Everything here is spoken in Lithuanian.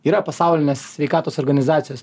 yra pasaulinės sveikatos organizacijos